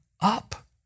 up